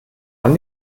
dann